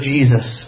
Jesus